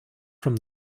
from